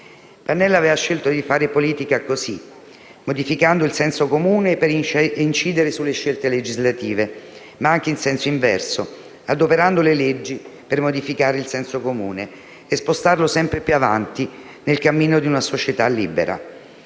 Pannella aveva scelto di fare politica così: modificando il senso comune per incidere sulle scelte legislative, ma anche, in senso inverso, adoperando le leggi per modificare il senso comune e spostarlo sempre più avanti nel cammino di una società libera.